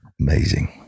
Amazing